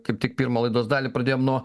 kaip tik pirmą laidos dalį pradėjom nuo